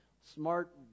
smart